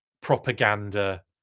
propaganda